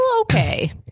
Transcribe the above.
okay